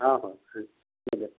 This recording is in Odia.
ହଁ ହଉ ଆଜ୍ଞା